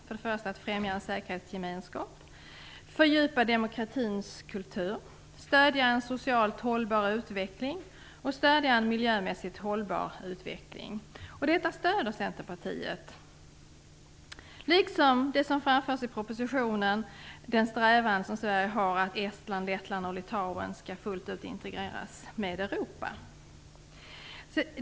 Man skall främja en säkerhetsgemenskap, fördjupa demokratins kultur, stödja en socialt hållbar utveckling och stödja en miljömässigt hållbar utveckling. Detta stöder Centerpartiet, liksom det som framförs i propositionen om den strävan Sverige har att Estland, Lettland och Litauen fullt ut skall integreras med Europa.